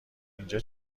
اینجا